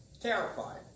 Terrified